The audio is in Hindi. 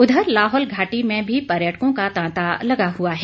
उधर लाहौल घाटी में भी पर्यटकों का तांता लगा हुआ है